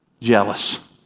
jealous